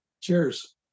Cheers